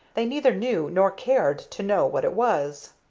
they neither knew nor cared to know what it was.